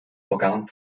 organ